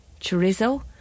chorizo